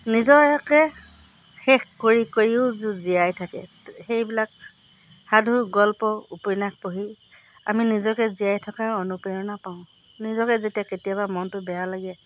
নিজকে শেষ কৰি কৰিও জ জীয়াই থাকে সেইবিলাক সাধু গল্প উপন্যাস পঢ়ি আমি নিজকে জীয়াই থকাৰ অনুপ্ৰেৰণা পাওঁ নিজকে যেতিয়া কেতিয়াবা মনটো বেয়া লাগে